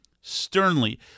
sternly